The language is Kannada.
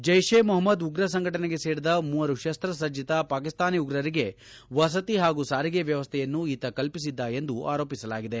ಜೈಷೇ ಮೊಪಮ್ಮದ್ ಉಗ್ರ ಸಂಘಟನೆಗೆ ಸೇರಿದ ಮೂವರು ಶಸ್ತ್ರಸಜ್ಜಿತ ಪಾಕಿಸ್ತಾನಿ ಉಗ್ರರಿಗೆ ವಸತಿ ಪಾಗೂ ಸಾರಿಗೆ ವ್ಯವಸ್ಥೆಯನ್ನು ಈತ ಕಲ್ಪಿಸಿದ್ದ ಎಂದು ಆರೋಪಿಸಲಾಗಿದೆ